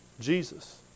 Jesus